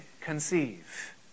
conceive